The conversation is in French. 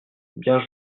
bien